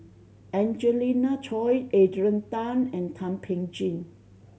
Angelina Choy Adrian Tan and Thum Ping Tjin